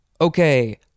Okay